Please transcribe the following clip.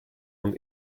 und